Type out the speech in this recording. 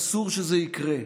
אסור שזה יקרה.